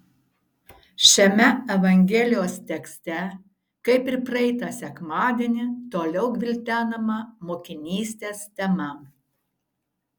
šiame evangelijos tekste kaip ir praeitą sekmadienį toliau gvildenama mokinystės tema